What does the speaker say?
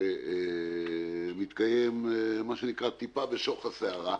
מתקיים טיפה בשוך הסערה,